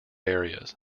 areas